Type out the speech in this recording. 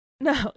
No